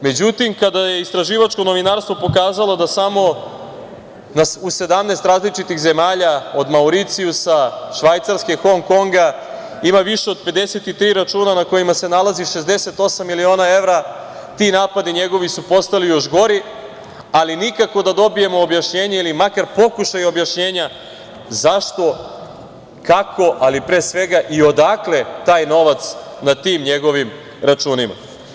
Međutim, kada je istraživačko novinarstvo pokazalo da samo u 17 različitih zemalja, od Mauricijusa, Švajcarske, Hong Konga, ima više od 53 računa na kojima se nalazi 68 miliona evra, ti napadi njegovi su postali još gori, ali nikako da dobijemo objašnjenje ili makar pokušaj objašnjenja zašto, kako, ali pre svega i odakle taj novac na tim njegovim računima?